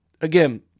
again